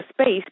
space